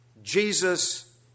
Jesus